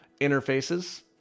interfaces